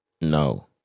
No